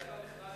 אולי במכרז,